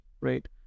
right